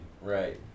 right